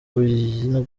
gushyira